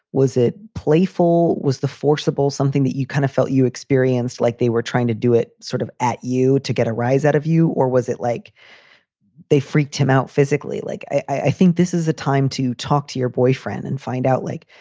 was it playful? was the forceable something that you kind of felt you experienced like they were trying to do it sort of at you to get a rise out of you? or was it like they freaked him out physically? like i think this is the time to talk to your boyfriend and find out, like,